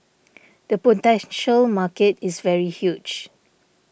the potential market is very huge